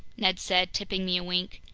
ned said, tipping me a wink.